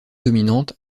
dominante